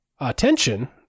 attention